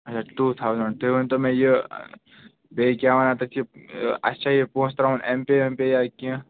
اچھا two thousand تُہۍ ؤنتَو مےٚ یہِ بیٚیہِ کیٛاہ وَنان تَتھ یہِ اَسہِ چھا یہِ پونٛسہٕ ترٛاوُن ایٚم پے ویم پے یا کیٚنٛہہ